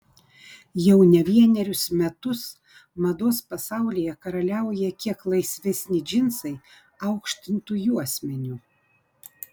jau ne vienerius metus mados pasaulyje karaliauja kiek laisvesni džinsai aukštintu juosmeniu